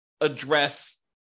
address